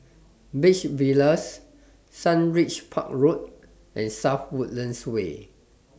Beach Villas Sundridge Park Road and South Woodlands Way